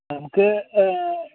നമുക്ക്